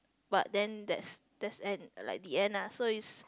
but then that's that's end like the end lah so is